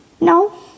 No